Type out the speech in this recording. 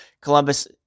Columbus